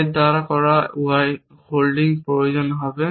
এই দ্বারা করা y হোল্ডিং প্রয়োজন হবে